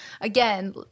again